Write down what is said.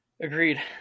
Agreed